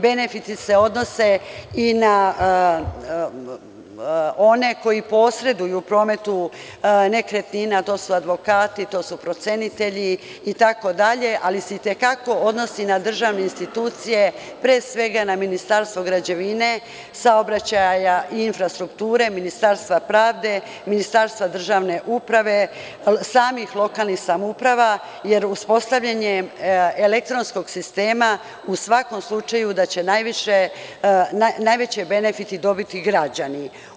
Benefiti se odnose i na one koji posreduju u prometu nekretnina, a to su advokati i procenitelji itd, ali se i te kako odnosi i na državne institucije, pre svega na Ministarstvo građevine, saobraćaja i infrastrukture i Ministarstvo pravde i Ministarstvo državne uprave, samih lokalnih samouprava jer uspostavljanjem elektronskog sistema u svakom slučaju da će najveće benefite dobiti građani.